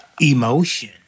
emotion